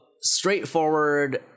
straightforward